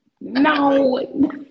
no